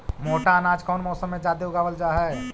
मोटा अनाज कौन मौसम में जादे उगावल जा हई?